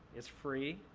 it's free.